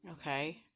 okay